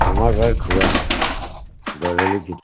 আমাৰ ঘৰত খোৱাই গধূলি